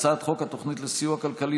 אנחנו נעבור מכאן להצעת חוק התוכנית לסיוע כלכלי